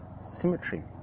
symmetry